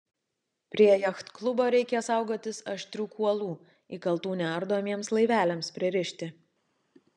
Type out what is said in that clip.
prie jachtklubo reikia saugotis aštrių kuolų įkaltų neardomiems laiveliams pririšti